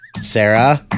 Sarah